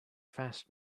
fast